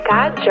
God